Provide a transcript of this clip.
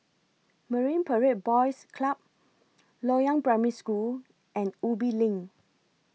Marine Parade Boys Club Loyang Primary School and Ubi LINK